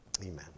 Amen